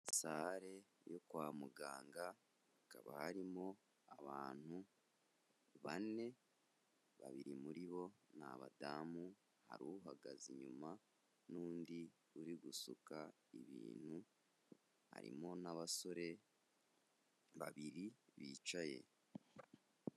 Sale yo kwa muganga hakaba harimo abantu bane, babiri muri bo ni abadamu hari uhagaze inyuma n'undi uri gusuka ibintu, harimo n'abasore babiri bicaye.